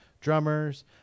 drummers